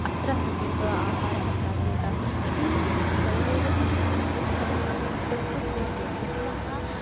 अत्र सम्यक् आहारः प्राप्येत इति स्वयमेव चिन्तनं कृत्वा गत्वा स्वीक्रियते पुनः